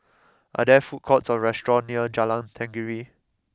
are there food courts or restaurants near Jalan Tenggiri